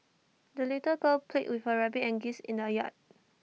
the little girl played with her rabbit and geese in the yard